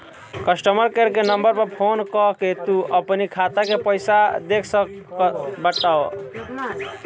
customer care के number पअ phone कअ के तू अपनी खाता के पईसा देख सकत बटअ